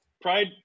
Pride